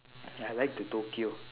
I like the tokyo